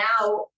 now